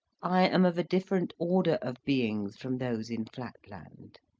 i am of a different order of beings from those in flatland.